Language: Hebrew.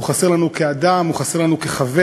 הוא חסר לנו כאדם, הוא חסר לנו כחבר,